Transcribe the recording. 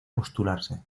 postularse